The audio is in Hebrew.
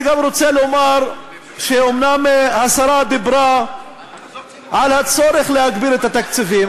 אני גם רוצה לומר שאומנם השרה דיברה על הצורך להגדיל את התקציבים,